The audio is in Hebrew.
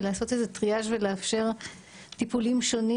ולעשות איזה טריאז' ולאפשר טיפולים שונים